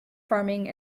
farming